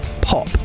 pop